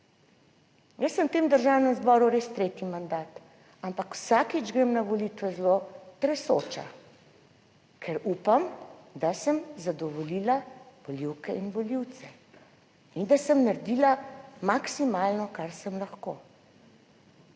Jaz sem v tem Državnem zboru res tretji mandat, ampak vsakič grem na volitve zelo tresoča, ker upam, da sem zadovoljila volivke in volivce, in da sem naredila maksimalno kar sem lahko.